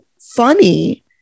funny